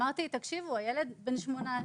אמרתי שהילד היה בן 18,